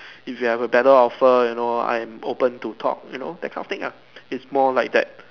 if you have a better offer you know I'm open to talk you know that kind of thing ah it's more like that